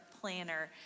planner